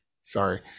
sorry